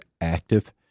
active